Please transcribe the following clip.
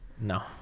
No